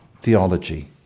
theology